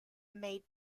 made